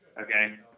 Okay